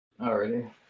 Alrighty